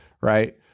right